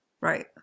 Right